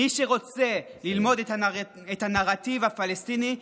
מי שרוצה ללמוד את הנרטיב הפלסטיני,